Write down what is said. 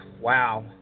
wow